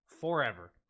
forever